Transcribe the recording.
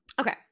Okay